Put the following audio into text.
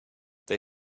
they